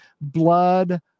blood